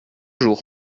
jour